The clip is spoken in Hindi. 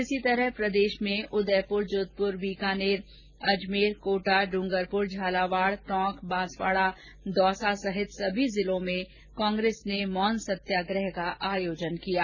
इसी तरह प्रदेश में उदयपुर जोधपुर बीकानेर अजमेर कोटा डूंगरपुर झालावाड़ टोंक बांसवाड़ा दौसा सहित सभी जिलों में प्रदेश कांग्रेस ने मौन सत्याग्रह का आयोजन किया गया